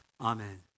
Amen